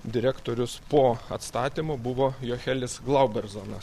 direktorius po atstatymo buvo johelis glauberzonas